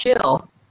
chill